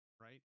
right